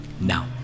Now